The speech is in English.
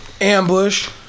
Ambush